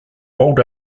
old